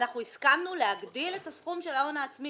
הסכמנו להגדיל את הסכום של ההון העצמי